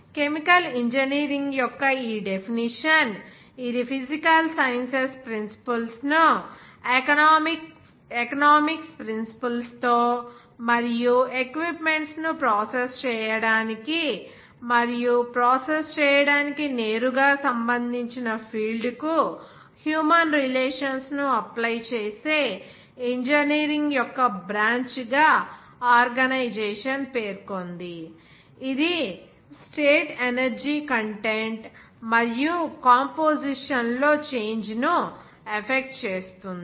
chemical engineering యొక్క ఈ definition ఇది ఫిజికల్ సైన్సెస్ ప్రిన్సిపుల్స్ ను ఎకనామిక్స్ ప్రిన్సిపుల్స్ తో మరియు ఎక్విప్మెంట్స్ ను ప్రాసెస్ చేయడానికి మరియు ప్రాసెస్ చేయడానికి నేరుగా సంబంధించిన ఫీల్డ్కు హ్యూమన్ రిలేషన్స్ ను అప్లై చేసే ఇంజనీరింగ్ యొక్క బ్రాంచ్ గా ఆర్గనైజేషన్ పేర్కొంది ఇది స్టేట్ ఎనర్జీ కంటెంట్ మరియు కాంపొజిషన్ లో చేంజ్ ను ఎఫెక్ట్ చేస్తుంది